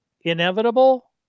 inevitable